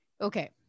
Okay